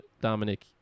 dominic